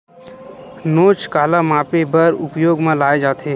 नोच काला मापे बर उपयोग म लाये जाथे?